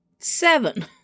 Seven